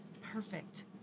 perfect